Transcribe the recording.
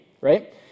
right